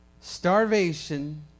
starvation